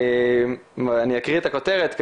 אני אקריא את הכותרת,